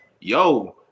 yo